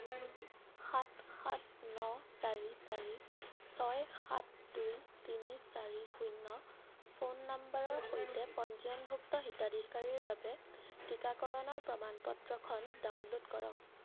সাত সাত ন চাৰি চাৰি ছয় সাত দুই তিনি চাৰি শূন্য ফোন নম্বৰৰ সৈতে পঞ্জীভুক্ত হিতাধিকাৰীৰ বাবে টিকাকৰণৰ প্ৰমাণ পত্ৰখন ডাউনলোড কৰক